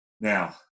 Now